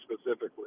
specifically